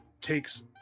takes